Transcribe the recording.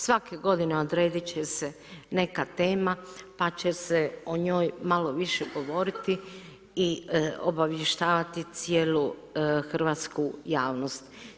Svake godine odrediti će se neka tema, pa će se o njoj malo više govoriti, i obavještavati cijelu hrvatsku javnost.